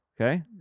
Okay